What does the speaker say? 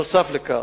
נוסף על כך,